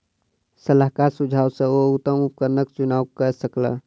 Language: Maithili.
सलाहकारक सुझाव सॅ ओ उत्तम उपकरणक चुनाव कय सकला